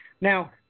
Now